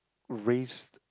raised